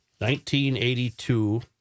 1982